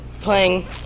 playing